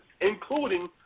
including